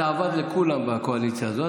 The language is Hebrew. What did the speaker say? זה עבד לכולם בקואליציה הזאת,